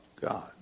God